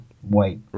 white